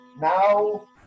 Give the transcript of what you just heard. Now